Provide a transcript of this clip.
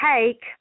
take